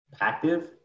active